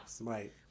Right